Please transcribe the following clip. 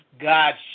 God